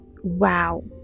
Wow